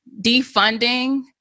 defunding